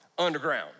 underground